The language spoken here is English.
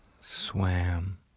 swam